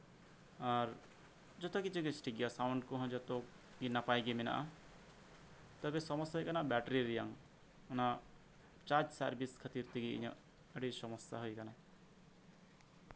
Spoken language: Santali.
ᱟᱨ ᱡᱚᱛᱚ ᱠᱤᱪᱷᱩ ᱜᱮ ᱟᱹᱰᱤ ᱴᱷᱤᱠ ᱜᱮᱭᱟ ᱥᱟᱣᱩᱱᱰ ᱠᱚᱦᱚᱸ ᱟᱹᱰᱤ ᱱᱟᱯᱟᱭ ᱜᱮ ᱢᱮᱱᱟᱜᱼᱟ ᱛᱚᱵᱮ ᱥᱚᱢᱚᱥᱥᱟ ᱦᱩᱭᱩᱜ ᱠᱟᱱᱟ ᱵᱮᱴᱨᱤ ᱨᱮᱭᱟᱝ ᱚᱱᱟ ᱪᱟᱨᱡ ᱥᱟᱨᱵᱷᱤᱥ ᱠᱷᱟᱹᱛᱤᱨ ᱛᱮᱜᱮ ᱤᱧᱟᱹᱜ ᱟᱹᱰᱤ ᱥᱚᱢᱚᱥᱥᱟ ᱦᱩᱭᱟᱠᱟᱱᱟ